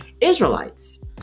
Israelites